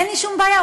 אין לי שום בעיה,